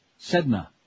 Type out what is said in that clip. Sedna